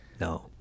No